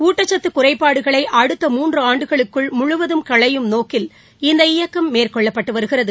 ஊட்டச்சத்து குறைபாடுகளை அடுத்த மூன்று ஆண்டுகளுக்குள் முழுவதும் களையும் நோக்கில் இந்த இயக்கம் மேற்கொள்ளப்பட்டு வருகிறது